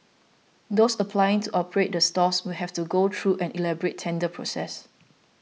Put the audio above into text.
those applying to operate the stalls will have to go through an elaborate tender process